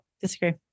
disagree